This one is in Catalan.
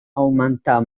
augmentar